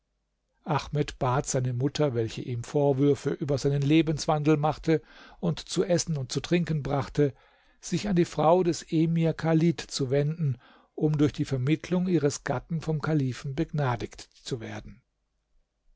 ahmed bat seine mutter welche ihm vorwürfe über seinen lebenswandel machte und zu essen und zu trinken brachte sich an die frau des emir chalid zu wenden um durch die vermittlung ihres gatten vom kalifen begnadigt zu werden